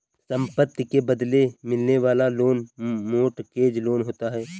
संपत्ति के बदले मिलने वाला लोन मोर्टगेज लोन होता है